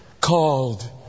called